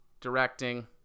directing